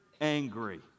angry